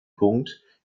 punkt